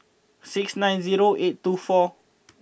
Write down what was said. six nine zero eight two four